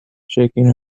shaking